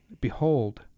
Behold